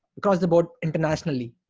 but caused about internationally,